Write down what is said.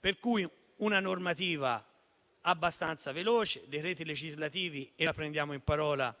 Per quanto riguarda i decreti legislativi, la prendiamo in parola,